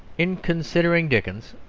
in considering dickens,